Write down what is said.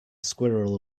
squirrel